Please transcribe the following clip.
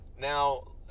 Now